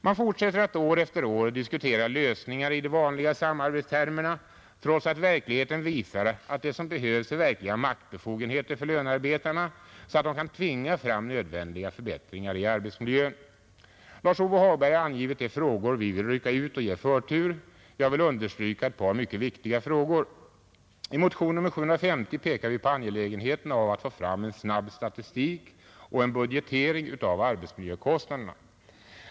Man fortsätter att år efter år diskutera lösningar i de vanliga samarbetstermerna trots att verkligheten visar att det som behövs är maktbefogenheter för lönearbetarna så att dessa kan tvinga fram nödvändiga förbättringar i arbetsmiljön. Lars-Ove Hagberg har angivit de frågor vi vill bryta ut och ge förtur. Jag vill understryka ett par mycket viktiga frågor. I motionen 750 pekar vi på angelägenheten av att få fram en snabb statistik och en budgetering av arbetsmiljökostnaderna.